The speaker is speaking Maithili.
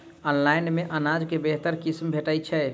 ऑनलाइन मे अनाज केँ बेहतर किसिम भेटय छै?